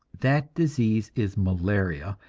that disease is malaria,